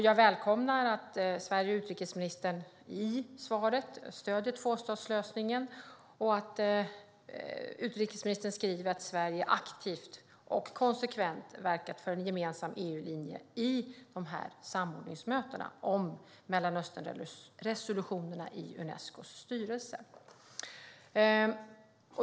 Jag välkomnar att Sverige och utrikesministern i svaret stöder tvåstatslösningen och att utrikesministern säger att Sverige aktivt och konsekvent verkat för en gemensam EU-linje i samordningsmötena om Mellanösternresolutionerna i Unescos styrelse.